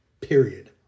period